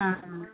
ஆ ஆ